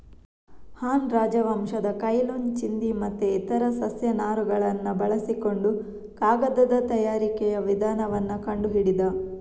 ಹಾನ್ ರಾಜವಂಶದ Cai Lun ಚಿಂದಿ ಮತ್ತೆ ಇತರ ಸಸ್ಯ ನಾರುಗಳನ್ನ ಬಳಸಿಕೊಂಡು ಕಾಗದದ ತಯಾರಿಕೆಯ ವಿಧಾನವನ್ನ ಕಂಡು ಹಿಡಿದ